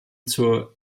zur